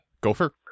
Gopher